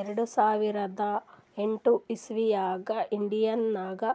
ಎರಡು ಸಾವಿರದ ಎಂಟ್ ಇಸವಿದಾಗ್ ಇಂಡಿಯಾ ನಾಗ್